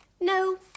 No